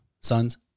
Sons